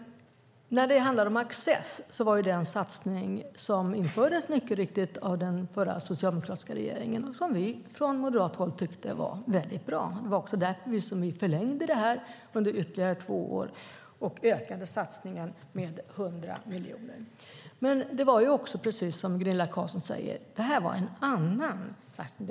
Access var en satsning som mycket riktigt infördes av den förra, socialdemokratiska regeringen. Vi moderater tyckte att den var mycket bra. Det var också därför som vi förlängde den under ytterligare två år och ökade satsningarna med 100 miljoner. Men det var också, precis som Gunilla Carlsson säger, en annan satsning.